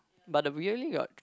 but the we only got